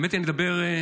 האמת היא שאני מדבר אליך,